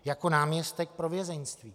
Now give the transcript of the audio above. Jako náměstek pro vězeňství.